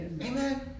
Amen